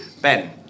Ben